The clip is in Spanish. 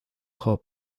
hop